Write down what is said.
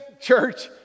church